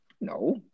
No